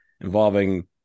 involving